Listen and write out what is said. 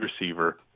receiver